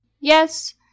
Yes